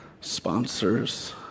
sponsors